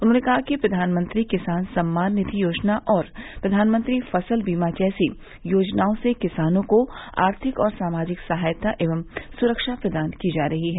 उन्होंने कहा कि प्रधानमंत्री किसान सम्मान निधि योजना और प्रधानमंत्री फसल बीमा जैसी योजनाओं से किसानों को आर्थिक और सामाजिक सहायता एवं सुरक्षा प्रदान की जा रही है